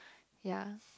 ya